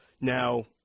Now